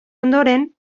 ondoren